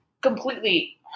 completely